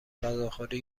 غذاخوری